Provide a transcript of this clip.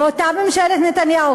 באותה ממשלת נתניהו,